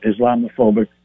Islamophobic